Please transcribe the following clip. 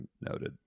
noted